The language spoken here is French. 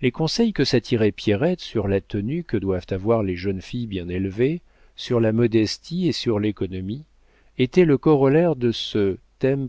les conseils que s'attirait pierrette sur la tenue que doivent avoir les jeunes filles bien élevées sur la modestie et sur l'économie étaient le corollaire de ce thème